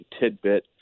tidbit